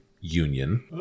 union